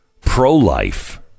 Pro-life